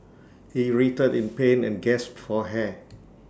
he writhed in pain and gasped for air